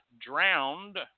drowned